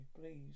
Please